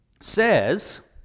says